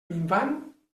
minvant